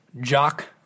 Jock